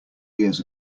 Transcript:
years